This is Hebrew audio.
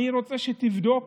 אני רוצה שתבדוק,